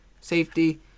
Safety